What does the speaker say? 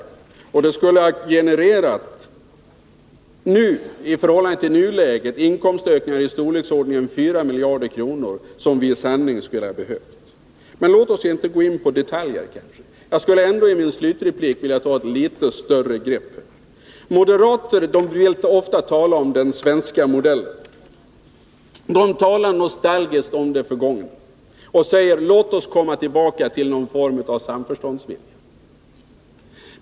Och ett sådant system skulle ha genererat — i förhållande till nuläget — inkomstök ningar i storleksordningen 4 miljarder kronor, som vi i sanning skulle ha Nr 51 behövt. Men låt oss inte gå in på detaljer. Jag skulle ändå i min slutreplik vilja ta ett litet större grepp. Moderater talar ofta om den svenska modellen. De talar nostalgiskt om det förgångna och säger: Låt oss komma tillbaka till någon form av samförstånd.